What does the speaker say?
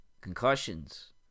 concussions